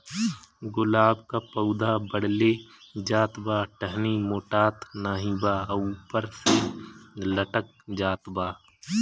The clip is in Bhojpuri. गुलाब क पौधा बढ़ले जात बा टहनी मोटात नाहीं बा ऊपर से लटक जात बा?